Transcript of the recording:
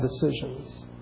decisions